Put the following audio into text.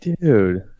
Dude